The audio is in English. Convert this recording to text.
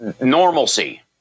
normalcy